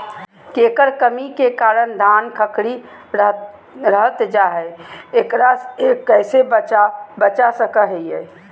केकर कमी के कारण धान खखड़ी रहतई जा है, एकरा से कैसे बचा सको हियय?